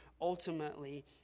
ultimately